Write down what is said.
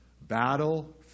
Battle